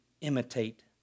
imitate